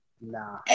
Nah